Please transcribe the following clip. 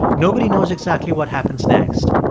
nobody knows exactly what happens next,